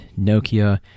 Nokia